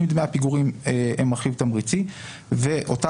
אם דמי הפיגורים הם רכיב תמריצי ואותה